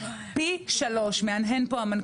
ממש מפצירה ממש מכל